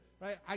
right